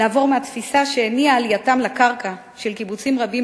לעבור מהתפיסה שהניעה את עלייתם לקרקע של קיבוצים רבים,